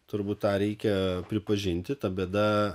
turbūt tą reikia pripažinti ta bėda